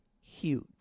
Huge